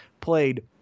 played